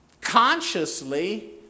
consciously